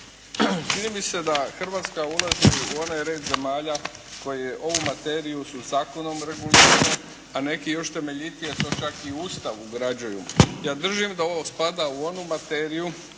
Čini mi se da Hrvatska ulazi u onaj red zemalja koji je ovu materiju su zakonom regulirali, a neki još temeljitije to čak i u Ustav ugrađuju. Ja držim da ovo spada u onu materiju